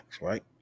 right